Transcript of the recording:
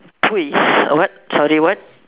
what sorry what